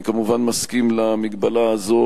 אני כמובן מסכים למגבלה הזו,